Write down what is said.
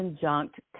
conjunct